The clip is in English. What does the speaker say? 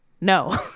No